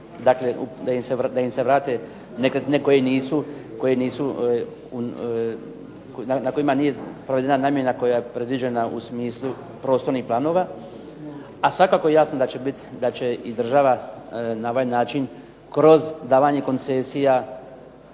da im se vrate na kojima nije provedena namjena koja je predviđena u smislu prostornih planova, a svakako je jasno da će i država na ovaj način kroz davanje koncesija